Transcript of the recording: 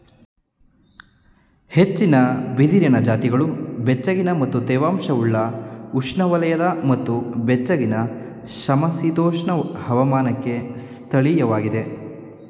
ಹೆಚ್ಚಿನ ಬಿದಿರಿನ ಜಾತಿಗಳು ಬೆಚ್ಚಗಿನ ಮತ್ತು ತೇವಾಂಶವುಳ್ಳ ಉಷ್ಣವಲಯದ ಮತ್ತು ಬೆಚ್ಚಗಿನ ಸಮಶೀತೋಷ್ಣ ಹವಾಮಾನಕ್ಕೆ ಸ್ಥಳೀಯವಾಗಿವೆ